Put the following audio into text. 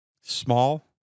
Small